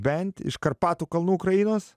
bent iš karpatų kalnų ukrainos